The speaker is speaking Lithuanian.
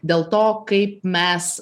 dėl to kaip mes